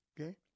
okay